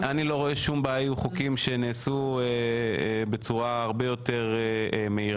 אני לא רואה שום בעיה עם חוקים שנעשו בצורה הרבה יותר מהירה.